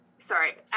Sorry